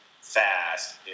fast